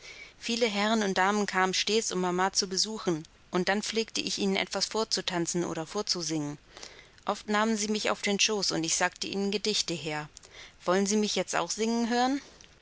viele herren und damen kamen stets um mama zu besuchen und dann pflegte ich ihnen etwas vorzutanzen oder vorzusingen oft nahmen sie mich auf den schoß und ich sagte ihnen gedichte her wollen sie mich jetzt auch singen hören